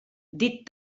dit